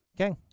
Okay